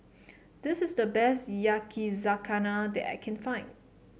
this is the best Yakizakana that I can find